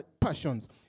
passions